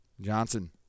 Johnson